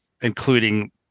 including